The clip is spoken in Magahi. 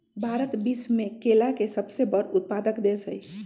भारत विश्व में केला के सबसे बड़ उत्पादक देश हई